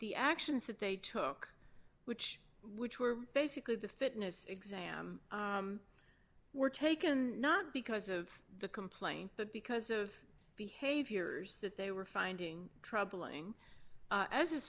the actions that they took which which were basically the fitness exam were taken not because of the complaint but because of behaviors that they were finding troubling as a